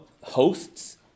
hosts